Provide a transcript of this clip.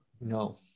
No